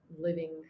living